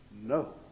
No